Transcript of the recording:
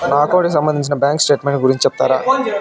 నా అకౌంట్ కి సంబంధించి బ్యాంకు స్టేట్మెంట్ గురించి సెప్తారా